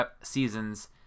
seasons